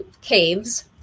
caves